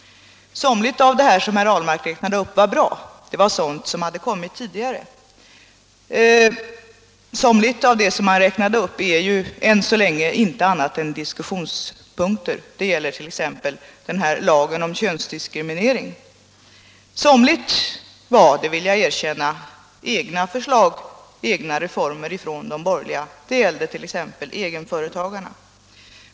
Somligt av det som herr Ahlmark räknade upp är bra, det är sådant som kom tidigare, somligt är än så länge inte något annat än diskussionspunkter, t.ex. lagen om könsdiskriminering. Somligt var — det vill jag erkänna — egna förslag från de borgerliga, och det gällde t.ex. egenföretagarna.